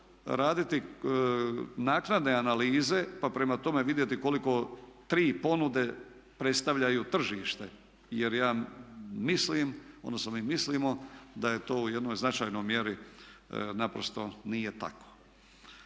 raditi naknadne analize pa prema tome vidjeti koliko 3 ponude predstavljaju tržište. Jer ja mislim, odnosno mi mislimo, da je to u jednoj značajnoj mjeri naprosto nije tako.